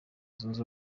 zunze